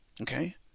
okay